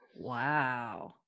Wow